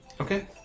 Okay